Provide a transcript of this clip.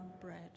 bread